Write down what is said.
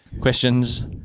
questions